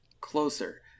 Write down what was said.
closer